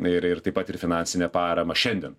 ir ir taip pat ir finansinę paramą šiandien